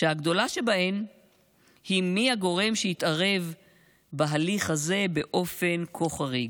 שהגדולה שבהן היא מי הגורם שהתערב בהליך הזה באופן כה חריג.